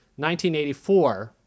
1984